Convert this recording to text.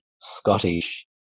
Scottish